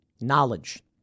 knowledge